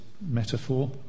metaphor